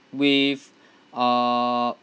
with uh